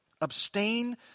Abstain